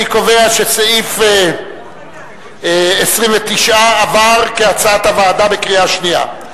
אני קובע שסעיף 29 עבר כהצעת הוועדה בקריאה שנייה.